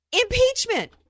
Impeachment